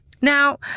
Now